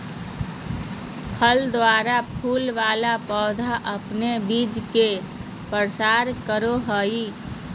फल द्वारा फूल वाला पौधा अपन बीज के प्रसार करो हय